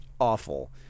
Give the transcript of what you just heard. awful